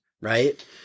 right